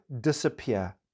disappear